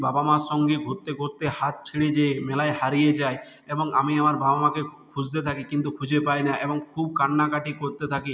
বাবা মার সঙ্গে ঘুরতে ঘুরতে হাত ছেড়ে যেয়ে মেলায় হারিয়ে যাই এবং আমি আমার বাবা মাকে খুঁজতে থাকি কিন্তু খুঁজে পাই না এবং খুব কান্নাকাটি করতে থাকি